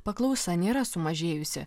paklausa nėra sumažėjusi